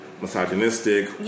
misogynistic